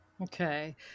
Okay